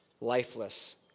lifeless